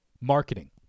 marketing